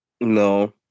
No